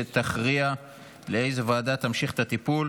שתכריע איזו ועדה תמשיך את הטיפול.